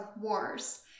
wars